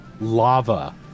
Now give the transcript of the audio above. lava